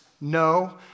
No